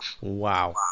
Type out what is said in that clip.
Wow